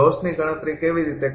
લોસની ગણતરી કેવી રીતે કરવી